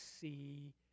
see